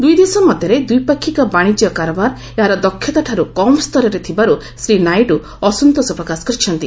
ଦୁଇ ଦେଶ ମଧ୍ୟରେ ଦ୍ୱିପାକ୍ଷିକ ବାଣିଜ୍ୟ କାରବାର ଏହାର କ୍ଷମତାଠାର୍ତ କମ୍ ସ୍ତରରେ ଥିବାରୁ ଶ୍ରୀ ନାଇଡୁ ଅସନ୍ତୋଷ ପ୍ରକାଶ କରିଛନ୍ତି